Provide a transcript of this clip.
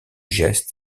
gestes